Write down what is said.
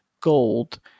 gold